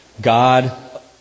God